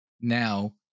now